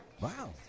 Wow